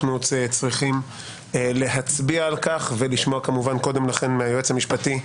אנחנו צריכים להצביע על כך וקודם לכן נשמע מהיועץ המשפטי,